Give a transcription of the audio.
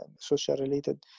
social-related